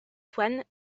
swan